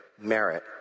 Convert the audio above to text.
merit